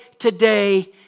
today